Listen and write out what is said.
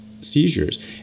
seizures